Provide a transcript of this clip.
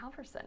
Halverson